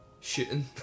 shooting